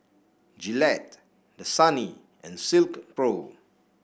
Gillette Dasani and Silkpro